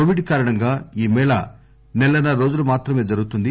Covid కారణంగా ఈ మేళా సెల న్నర రోజులు మాత్రమే జరుగుతుంది